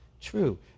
true